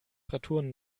temperaturen